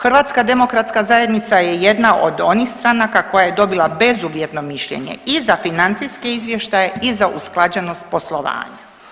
HDZ je jedna od onih stranaka koja je dobila bezuvjetno mišljenje i za financijske izvještaje i za usklađenost poslovanja.